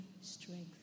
strength